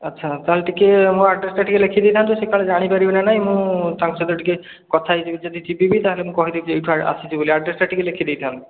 ଆଚ୍ଛା ତାହେଲେ ଟିକେ ମୋ ଆଡ୍ରେସଟା ଟିକେ ଲେଖିଦେଇଥାନ୍ତୁ ସେ କାଳେ ଜାଣି ପାରିବେ ନା ନାହିଁ ମୁଁ ତାଙ୍କ ସହିତ ଟିକେ କଥା ହେଇଯିବି ଯଦି ଥିବି ବି ତାହେଲେ କହିଦେବି ଏଇଠୁ ଆସିଛି ବୋଲି ଆଡ୍ରେସଟା ଟିକେ ଲେଖି ଦେଇଥାନ୍ତୁ